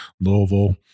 Louisville